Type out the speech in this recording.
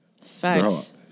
Facts